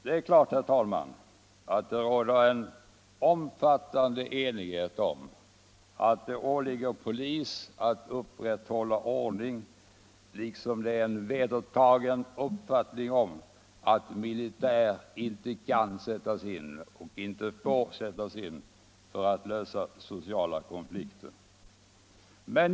Det är klart, herr talman, att det råder omfattande enighet om att det åligger polis att upprätthålla ordning, liksom det är en vedertagen uppfattning att militär inte kan och inte får sättas in för att lösa sociala konflikter.